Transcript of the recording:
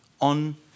on